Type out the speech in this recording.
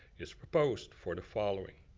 is proposed for the following.